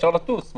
אפשר לטוס.